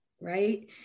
Right